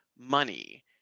money